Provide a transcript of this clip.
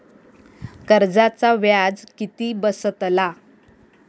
कर्जाचा व्याज किती बसतला?